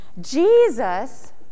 Jesus